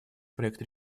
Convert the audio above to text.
проект